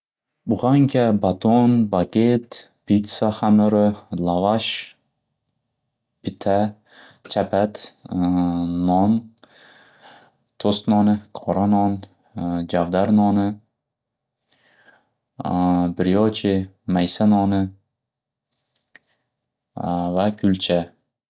Buxanka, baton, baket, pitsa xamiri, lavash, pita, chapat, non, to'st noni, qora non, javdar noni, briyo'che, maysa noni va kulcha.